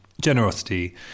generosity